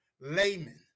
layman